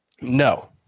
No